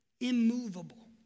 immovable